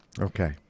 okay